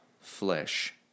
flesh